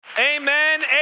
Amen